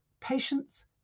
patients